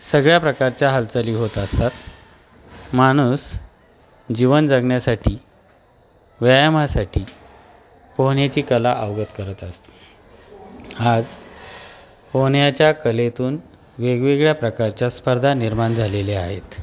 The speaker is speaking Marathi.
सगळ्या प्रकारच्या हालचाली होत असतात माणूस जीवन जगण्यासाठी व्यायामासाठी पोहण्याची कला अवगत करत असतो आज पोहण्याच्या कलेतून वेगवेगळ्या प्रकारच्या स्पर्धा निर्माण झालेल्या आहेत